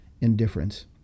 indifference